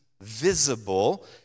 visible